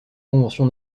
convention